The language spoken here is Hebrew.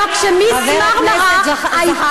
הלוא כש"מיס מרמרה" חבר הכנסת זחאלקה.